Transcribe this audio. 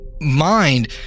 mind